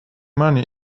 money